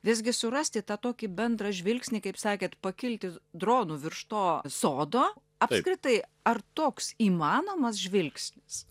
visgi surasti tą tokį bendrą žvilgsnį kaip sakėt pakilti dronu virš to sodo apskritai ar toks įmanomas žvilgsnis